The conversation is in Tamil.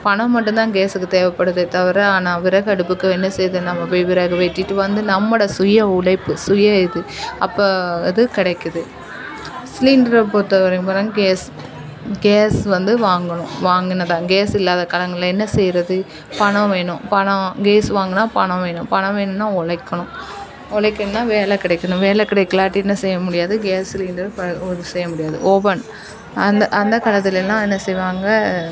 பணம் மட்டும் தான் கேஸுக்கு தேவைப்படுதே தவிர ஆனால் விறகு அடுப்புக்கு என்ன செய்து நம்ம போய் விறகு வெட்டிகிட்டு வந்து நம்மோடய சுய உழைப்பு சுய இது அப்போ அது கிடைக்குது சிலிண்டரை பொறுத்த வரையும் பார்த்தா கேஸ் கேஸ் வந்து வாங்கணும் வாங்கினாதா கேஸ் இல்லாத காலங்களில் என்ன செய்வது பணம் வேணும் பணம் கேஸ் வாங்கினா பணம் வேணும் பணம் வேணும்னா உழைக்கணும் உழைக்கணுன்னா வேலை கிடைக்கணும் வேலை கிடைக்கலாட்டி என்ன செய்ய முடியாது கேஸ் சிலிண்டரை ப ஒன்றும் செய்ய முடியாது ஓவன் அந்த அந்த காலத்திலேலாம் என்ன செய்வாங்க